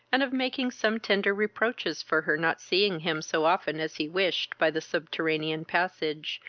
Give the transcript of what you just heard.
and of making some tender reproaches for her not seeing him so often as he wished by the subterranean passage,